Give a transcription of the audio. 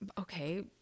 okay